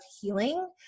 healing